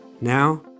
now